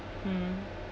mm